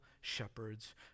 shepherds